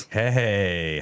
hey